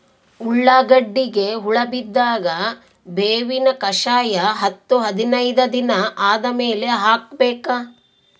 ಉಳ್ಳಾಗಡ್ಡಿಗೆ ಹುಳ ಬಿದ್ದಾಗ ಬೇವಿನ ಕಷಾಯ ಹತ್ತು ಹದಿನೈದ ದಿನ ಆದಮೇಲೆ ಹಾಕಬೇಕ?